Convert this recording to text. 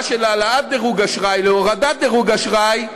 של העלאת דירוג אשראי להורדת דירוג אשראי,